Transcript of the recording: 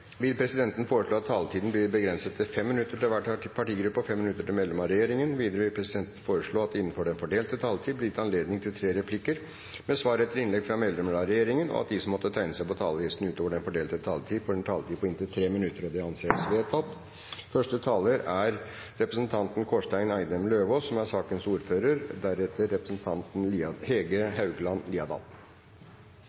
vil presidenten foreslå at taletiden blir begrenset til 5 minutter til hver partigruppe og 5 minutter til medlem av regjeringen. Videre vil presidenten foreslå at det blir gitt anledning til tre replikker med svar etter innlegg fra medlem av regjeringen innenfor den fordelte taletid, og at de som måtte tegne seg på talerlisten utover den fordelte taletid, får en taletid på inntil 3 minutter. – Det anses vedtatt. Takk til komiteen for arbeidet med saken, og selv om det ser ut som